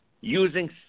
using